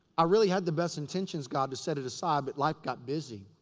i really had the best intentions, god to set it aside. but life got busy.